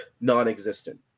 non-existent